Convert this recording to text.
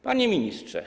Panie Ministrze!